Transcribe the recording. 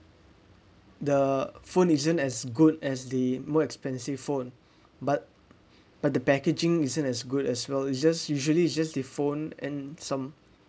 the phone isn't as good as the more expensive phone but but the packaging isn't as good as well it's just usually it just the phone and some